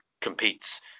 competes